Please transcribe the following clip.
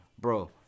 bro